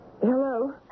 Hello